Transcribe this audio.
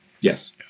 Yes